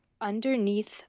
underneath